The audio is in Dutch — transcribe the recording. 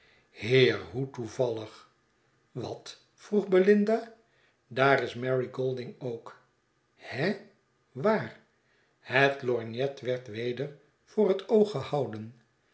heer hoe toevallig wat vroeg belinda daar is mary golding ook he waar het lorgnet werd weder voor het oog gehouden